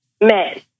men